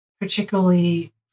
particularly